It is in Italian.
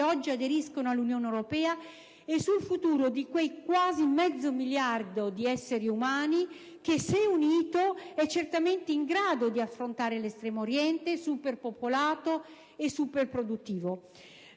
oggi aderiscono all'Unione europea e sul futuro di quel quasi mezzo miliardo di esseri umani che, se unito, è certamente in grado di affrontare l'estremo Oriente superpopolato e superproduttivo.